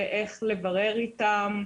איך לברר איתם,